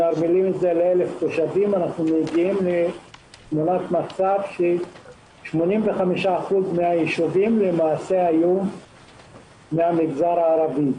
אנחנו מגיעים לתמונת מצב ש-85% מן היישובים היו מן המגזר הערבי: